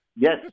Yes